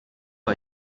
are